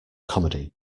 comedy